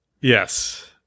Yes